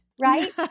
right